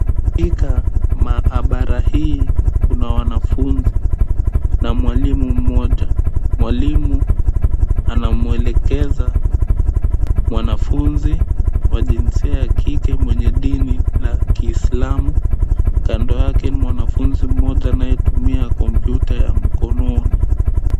Katika maabara hii kuna wanafunzi na mwalimu mmoja. Mwalimu anamwelekeza mwanafunzi wa jinsia ya kike mwenye dini la kiislamu. Kando yake ni mwanafunzi mmoja anayetumia kompyuta ya mkononi.